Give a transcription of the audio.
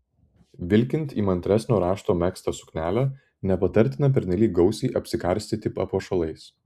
vilkint įmantresnio rašto megztą suknelę nepatartina pernelyg gausiai apsikarstyti papuošalais